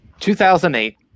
2008